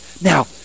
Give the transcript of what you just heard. Now